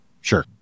Sure